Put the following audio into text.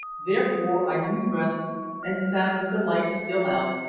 therefore i redressed and sat with the light still out,